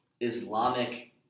Islamic